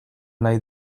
nahi